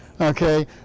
Okay